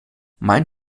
mein